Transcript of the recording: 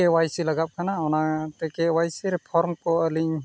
ᱠᱮᱹ Y C ᱞᱟᱜᱟᱣᱚᱜ ᱠᱟᱱᱟ ᱚᱱᱟᱛᱮ ᱠᱮᱹ ᱳᱣᱟᱭ ᱥᱤ ᱨᱮ ᱯᱷᱚᱨᱢ ᱠᱚ ᱟᱹᱞᱤᱧ